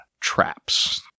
traps